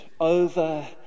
over